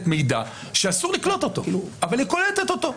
מידע שאסור לקלוט אותו אבל היא קולטת אותו.